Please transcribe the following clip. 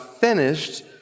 finished